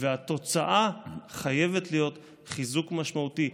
והתוצאה חייבת להיות חיזוק משמעותי,